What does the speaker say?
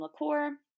liqueur